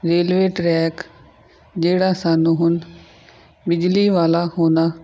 railway track ਜਿਹੜਾ ਸਾਨੂੰ ਹੁਣ ਬਿਜਲੀ ਵਾਲਾ ਹੋਣਾ